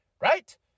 Right